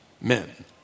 men